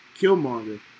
Killmonger